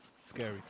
scary